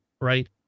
right